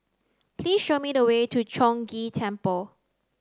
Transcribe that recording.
please show me the way to Chong Ghee Temple